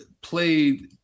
played –